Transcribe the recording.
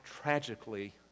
tragically